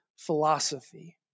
Philosophy